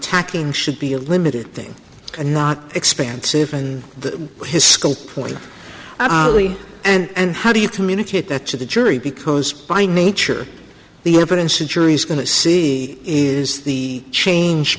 tacking should be of limited thing and not expansive and his scope point early and how do you communicate that to the jury because by nature the evidence a jury's going to see is the change